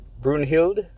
Brunhild